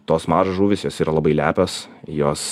tos mažos žuvys jos yra labai lepios jos